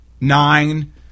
nine